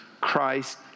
Christ